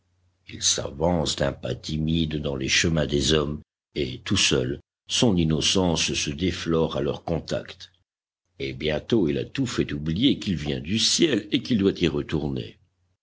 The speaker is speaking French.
il s'avance d'un pas timide dans les chemins des hommes et tout seul son innocence se déflore à leur contact et bientôt il a tout à fait oublié qu'il vient du ciel et qu'il doit y retourner